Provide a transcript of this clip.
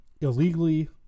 illegally